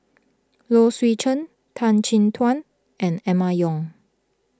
Low Swee Chen Tan Chin Tuan and Emma Yong